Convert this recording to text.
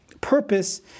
purpose